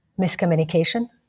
miscommunication